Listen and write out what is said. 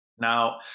Now